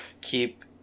keep